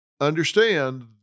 understand